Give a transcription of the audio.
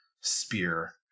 spear